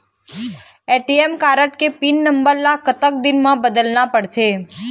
ATM card के pin number ला कतक दिन म बदलना पड़थे?